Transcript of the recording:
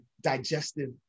digestive